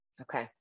Okay